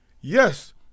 Yes